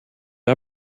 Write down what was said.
der